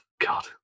god